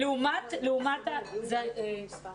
טוב